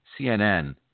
CNN